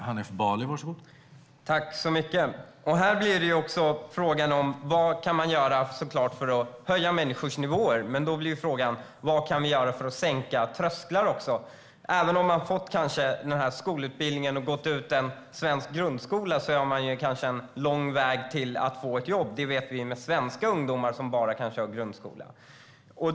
Herr talman! Här blir frågan vad man kan göra för att höja människors nivå. Och då blir följdfrågan: Vad kan man göra för att också sänka trösklar? Även om man har genomgått en svensk grundskola har man kanske en lång väg kvar för att få ett jobb; det vet vi med tanke på svenska ungdomar som bara har grundskoleutbildning.